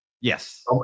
yes